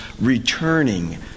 returning